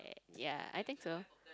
ya I think so